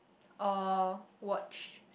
or watch